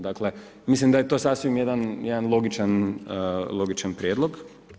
Dakle mislim da je to sasvim jedan logičan prijedlog.